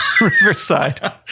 Riverside